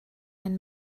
ein